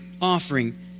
offering